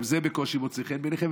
גם זה בקושי מוצא חן בעיניכם,